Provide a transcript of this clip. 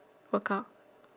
workout